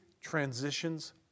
transitions